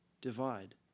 divide